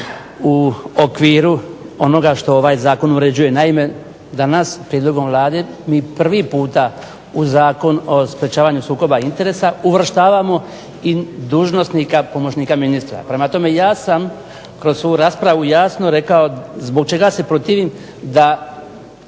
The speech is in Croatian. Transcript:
u okviru onoga što ovaj zakon uređuje. Naime, danas prijedlogom Vlade mi prvi puta u Zakon o sprečavanju sukoba interesa uvrštavamo i dužnosnika pomoćnika ministra. Prema tome ja sam kroz svoju raspravu jasno rekao zbog čega se protiv da